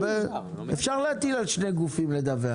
אפשר להטיל על שני גופים לדווח.